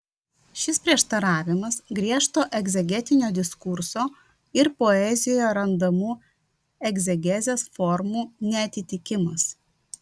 šis prieštaravimas griežto egzegetinio diskurso ir poezijoje randamų egzegezės formų neatitikimas